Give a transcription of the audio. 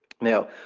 Now